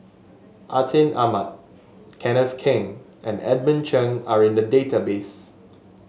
Atin Amat Kenneth Keng and Edmund Cheng are in the database